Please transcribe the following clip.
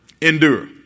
endure